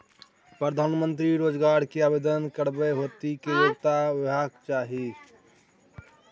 प्रधानमंत्री रोजगार के आवेदन करबैक हेतु की योग्यता होबाक चाही?